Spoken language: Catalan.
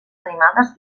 animades